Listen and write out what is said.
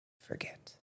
forget